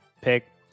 pick